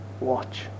watch